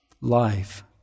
life